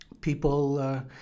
people